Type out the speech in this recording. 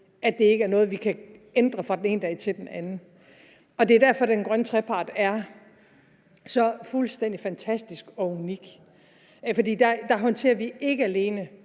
at det ikke er noget, vi kan ændre fra den ene dag til den anden. Det er derfor, den grønne trepart er så fuldstændig fantastisk og unik, for der håndterer vi ikke alene